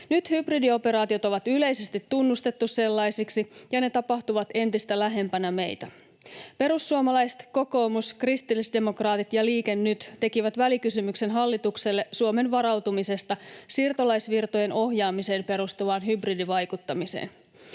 Nyt hybridioperaatiot on yleisesti tunnustettu sellaisiksi, ja ne tapahtuvat entistä lähempänä meitä. Perussuomalaiset, kokoomus, kristillisdemokraatit ja Liike Nyt tekivät välikysymyksen hallitukselle Suomen varautumisesta siirtolaisvirtojen ohjaamiseen perustuvaan hybridivaikuttamiseen.